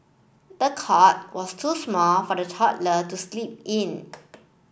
the cot was too small for the toddler to sleep in